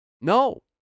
No